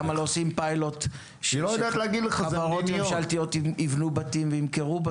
למה לא עושים פיילוט שחברות ממשלתיות יבנו בתים וימכרו בתים?